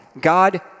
God